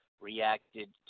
reacted